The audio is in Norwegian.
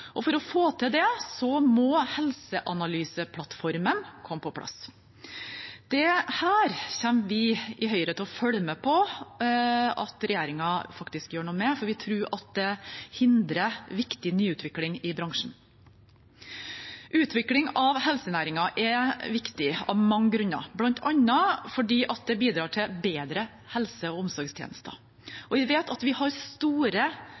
For å få til det må helseanalyseplattformen komme på plass. Dette kommer vi i Høyre til å følge med på at regjeringen faktisk gjør noe med, for vi tror det hindrer viktig nyutvikling i bransjen. Utvikling av helsenæringen er viktig av mange grunner, bl.a. fordi det bidrar til bedre helse- og omsorgstjenester. Vi vet vi har store